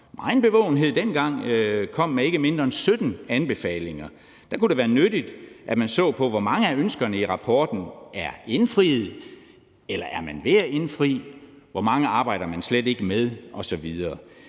megen bevågenhed, kom med ikke mindre end 17 anbefalinger. Der kunne det være nyttigt, at man så på, hvor mange af ønskerne i rapporten der er indfriet eller man er ved at indfri, hvor mange man slet ikke arbejder